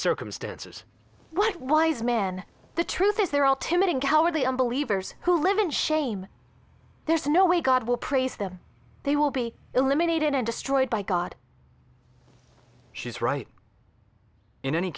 circumstances what wise men the truth is they're all timid and cowardly unbelievers who live in shame there is no way god will praise them they will be eliminated and destroyed by god she's right in any